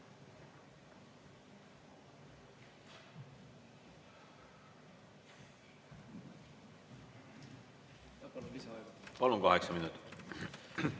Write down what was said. Palun! Kaheksa minutit.